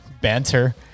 banter